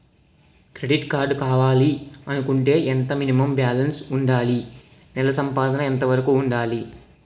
Credit card కావాలి అనుకుంటే ఎంత మినిమం బాలన్స్ వుందాలి? నెల సంపాదన ఎంతవరకు వుండాలి?